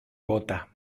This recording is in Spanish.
bota